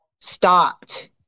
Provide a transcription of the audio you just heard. stopped